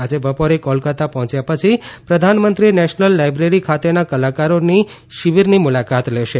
આજે બપોરે કોલકાતા પહોંચ્યા પછી પ્રધાનમંત્રી નેશનલ લાઇબ્રેરી ખાતેના કલાકારોની શિબિરની મુલાકાત લેશે